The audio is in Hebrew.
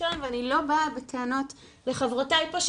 שלנו ואני לא באה בטענות לחברותיי פה,